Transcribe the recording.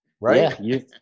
right